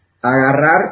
agarrar